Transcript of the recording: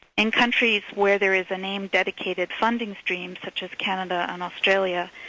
in countries where there is a named dedicated funding stream, such as canada and australia,